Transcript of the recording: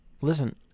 Listen